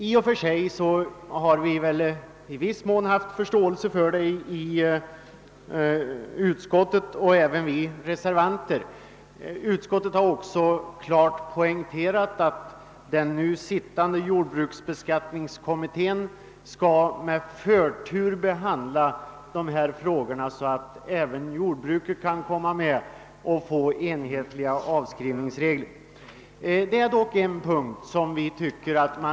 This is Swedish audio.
I viss mån har vi haft förståelse för det i utskottet, även vi reservanter. Utskottet har klart poängterat att den sittande jordbruksbeskattningskommittén med förtur skall behandla dessa frågor, innebärande att enhetliga avskrivningsregler skall gälla också i fråga om jordbruksbyggnader.